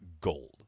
gold